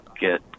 get